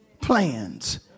plans